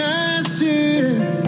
ashes